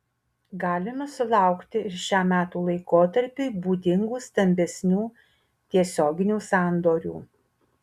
galime sulaukti ir šiam metų laikotarpiui būdingų stambesnių tiesioginių sandorių